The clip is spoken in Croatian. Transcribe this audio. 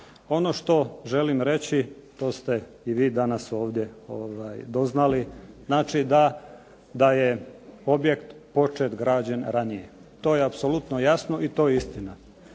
Ono što želim reći to ste i vi danas ovdje doznali, znači da je projekt počet građen ranije. To je apsolutno jasno i to je istina.